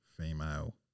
female